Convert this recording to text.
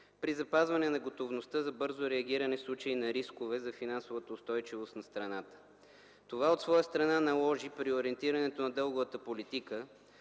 при запазване на готовността за бързо реагиране в случаи на рискове за финансовата устойчивост на страната. Това от своя страна наложи преориентирането на дълговата политика